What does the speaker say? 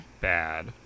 bad